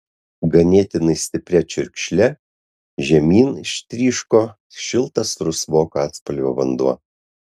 ganėtinai stipria čiurkšle žemyn ištryško šiltas rusvoko atspalvio vanduo